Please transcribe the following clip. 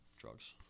drugs